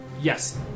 Yes